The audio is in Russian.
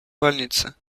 больницы